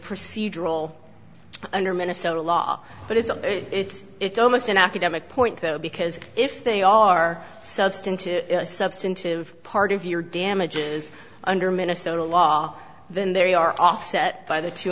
procedural under minnesota law but it's a it's it's almost an academic point because if they are substantive substantive part of your damages under minnesota law then they are offset by the two